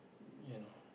you know